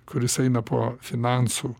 kuris eina po finansų